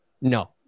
No